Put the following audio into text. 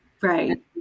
Right